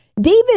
David